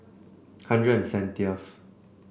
hundred and seventieth